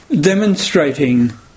demonstrating